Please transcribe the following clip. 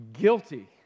guilty